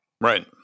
Right